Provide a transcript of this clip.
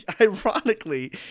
Ironically